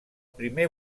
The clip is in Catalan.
primer